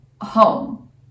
home